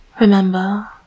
remember